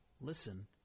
listen